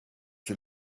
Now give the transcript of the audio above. you